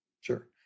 Sure